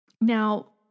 Now